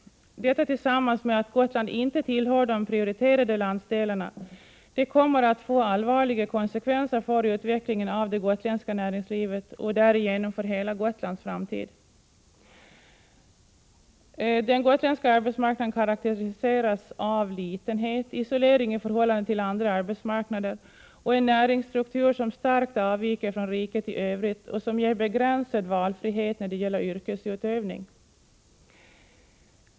Detta tillsammans med att Gotland inte tillhör de prioriterade landsdelarna kommer att få allvarliga konsekvenser för utvecklingen av det gotländska näringslivet och därigenom för hela Gotlands framtid. Den gotländska arbetsmarknaden karakteriseras av litenhet, isolering i förhållande till andra arbetsmarknader och en näringsstruktur som starkt avviker från riket i övrigt och som ger begränsad valfrihet när det gäller yrkesutövning.